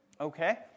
Okay